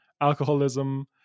Alcoholism